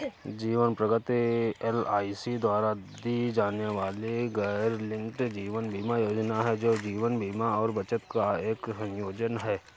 जीवन प्रगति एल.आई.सी द्वारा दी जाने वाली गैरलिंक्ड जीवन बीमा योजना है, जो जीवन बीमा और बचत का एक संयोजन है